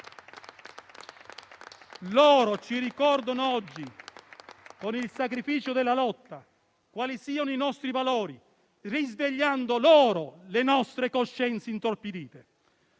Ci ricordano oggi, con il sacrificio della lotta, quali siano i nostri valori, risvegliando loro le nostre coscienze intorpidite.